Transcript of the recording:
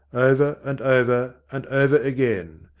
over and over and over again.